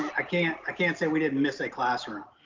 i can't i can't say we didn't miss a classroom.